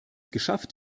geschafft